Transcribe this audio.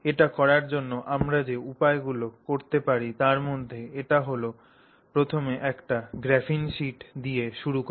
এটি করার জন্য আমরা যে উপায়গুলি করতে পারি তার মধ্যে একটি হল প্রথমে একটি গ্রাফিন শীট দিয়ে শুরু করা